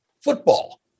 Football